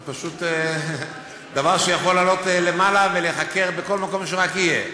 זה פשוט דבר שיכול לעלות למעלה ולהיחקר בכל מקום שרק יהיה.